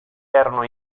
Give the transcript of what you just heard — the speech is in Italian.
erano